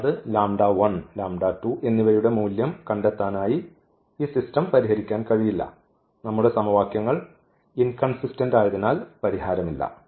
അതായത് എന്നിവയുടെ മൂല്യം കണ്ടെത്താനായി ഈ സിസ്റ്റം പരിഹരിക്കാൻ കഴിയില്ല നമ്മുടെ സമവാക്യങ്ങൾ ഇൻകൺസിസ്റ്റന്റ് ആയതിനാൽ പരിഹാരമില്ല